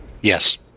yes